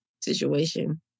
situation